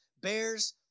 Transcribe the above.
bears